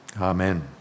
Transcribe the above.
Amen